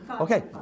Okay